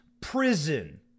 prison